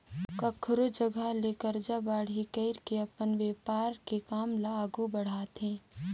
कखरो जघा ले करजा बाड़ही कइर के अपन बेपार के काम ल आघु बड़हाथे